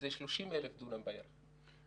זה 30,000 דונם בערך.